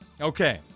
Okay